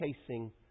chasing